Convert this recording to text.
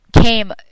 came